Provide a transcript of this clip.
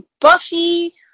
Buffy